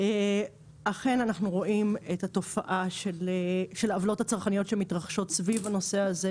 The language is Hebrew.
אכן אנחנו רואים את התופעה של העוולות הצרכניות שמתרחשות בנושא הזה,